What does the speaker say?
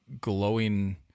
glowing